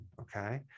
okay